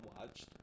watched